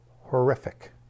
horrific